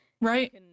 Right